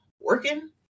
working